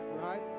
right